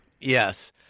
Yes